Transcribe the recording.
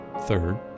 third